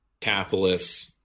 capitalists